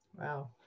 Wow